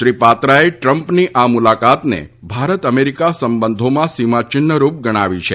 શ્રી પાત્રાએ ટ્રમ્પની આ મુલાકાતને ભારત અમેરિકા સંબધોમાં સિમા ચિહ્નરૂપ ગણાવી છે